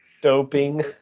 doping